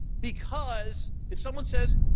because if someone says,